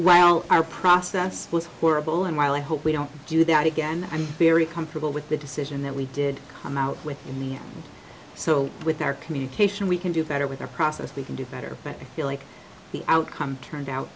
well our process was horrible and while i hope we don't do that again and very comfortable with the decision that we did come out with in the end so with our communication we can do better with a process we can do better but if you like the outcome turned out